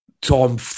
Tom